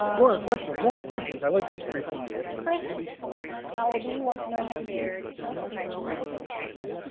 um more questions, more questions. i like these freeform questions. chris l b. wants to know have you built a wooden computer case yet?